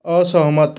असहमत